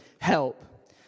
help